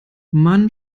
man